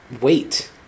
wait